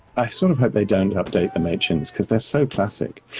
i sort of hope they don't update the machins, cause they're so classic.